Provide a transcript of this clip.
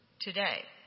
today